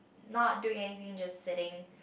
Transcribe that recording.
not doing anything just sitting